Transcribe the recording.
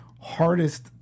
hardest